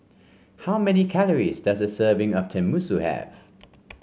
how many calories does a serving of Tenmusu have